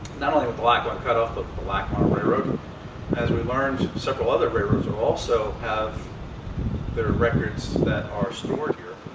not only with the lackawanna cut-off, but the lackawanna railroad, but as we learned several other railroads also have their records that are stored here.